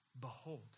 Behold